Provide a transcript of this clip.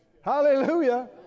Hallelujah